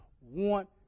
Want